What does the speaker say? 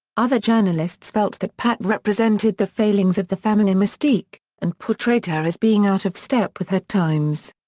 other journalists felt that pat represented the failings of the feminine mystique, and portrayed her as being out of step with her times.